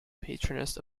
patroness